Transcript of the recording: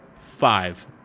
five